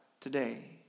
today